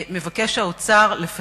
ומן הסתם יזדק לעובדים רבים דווקא,